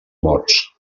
morts